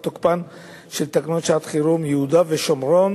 תוקפן של תקנות שעת-חירום (יהודה והשומרון,